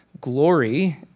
Glory